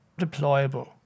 deployable